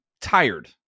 tired